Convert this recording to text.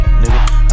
nigga